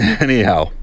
Anyhow